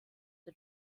the